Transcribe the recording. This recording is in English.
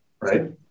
right